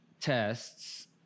tests